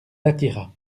attira